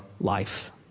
life